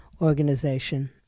organization